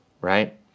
right